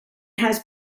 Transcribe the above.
has